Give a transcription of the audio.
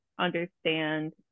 understand